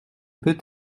peut